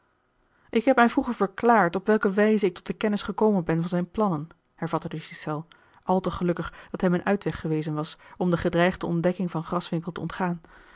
ik heb mij vroeger verklaard op welke wijze ik tot de kennis gekomen ben van zijne plannen hervatte de ghiselles al te gelukkig dat hem een uitweg gewezen was om de gedreigde ontdekking van graswinckel te ontgaan